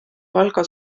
palga